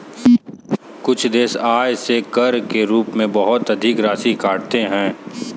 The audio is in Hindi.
कुछ देश आय से कर के रूप में बहुत अधिक राशि काटते हैं